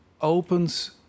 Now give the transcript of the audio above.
opens